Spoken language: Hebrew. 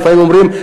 לפעמים אומרים,